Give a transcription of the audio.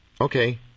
Okay